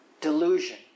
delusion